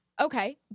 Okay